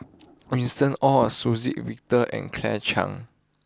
Winston Oh Suzann Victor and Claire Chiang